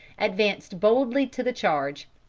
advanced boldly to the charge.